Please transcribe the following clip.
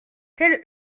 quel